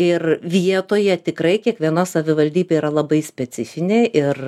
ir vietoje tikrai kiekviena savivaldybė yra labai specifinė ir